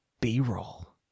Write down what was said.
B-roll